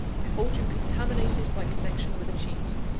i hold you contaminated by connection with a cheat.